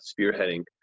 spearheading